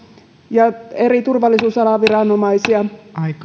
ja eri turvallisuusalan viranomaisia